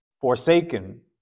forsaken